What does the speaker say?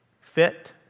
fit